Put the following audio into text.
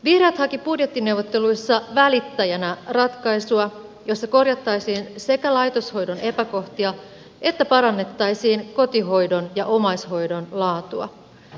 vihreät hakivat budjettineuvotteluissa välittäjänä ratkaisua jossa sekä korjattaisiin laitoshoidon epäkohtia että parannettaisiin kotihoidon ja omaishoidon laatua